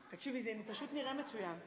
תקשיבי, זה פשוט נראה מצוין.